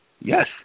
Yes